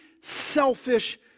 selfish